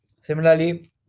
Similarly